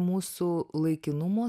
mūsų laikinumo